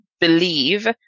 believe